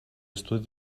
estudi